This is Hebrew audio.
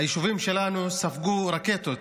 היישובים שלנו ספגו רקטות.